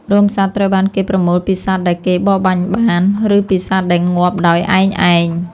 រោមសត្វត្រូវបានគេប្រមូលពីសត្វដែលគេបរបាញ់បាន ឬពីសត្វដែលងាប់ដោយឯកឯង។